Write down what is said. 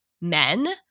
men